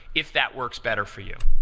if that works better for you.